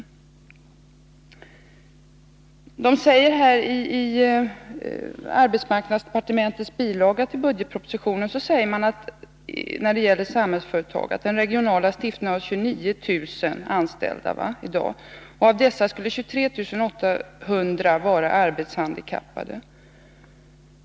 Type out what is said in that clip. I den bilaga till budgetpropositionen som avser arbetsmarknadsdepartementet sägs när det gäller Samhällsföretag att den regionala stiftelsen i dag har 29 000 anställa. Av dessa skulle 23 800 vara arbetshandikappade.